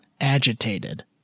agitated